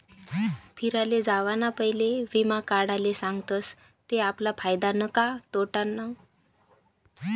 फिराले जावाना पयले वीमा काढाले सांगतस ते आपला फायदानं का तोटानं